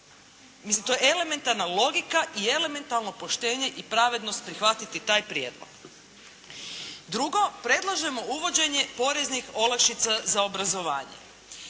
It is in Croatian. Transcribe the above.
Mislim to je elementarna logika i elementarno poštenje i pravednost prihvatiti taj prijedlog. Drugo, predlažemo uvođenje poreznih olakšica za obrazovanje.